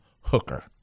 hooker